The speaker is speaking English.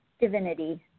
divinity